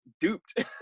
duped